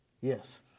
Yes